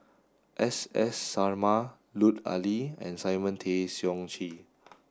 S S Sarma Lut Ali and Simon Tay Seong Chee